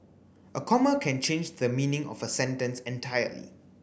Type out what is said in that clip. a comma can change the meaning of a sentence entirely